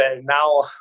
now